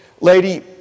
lady